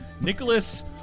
Nicholas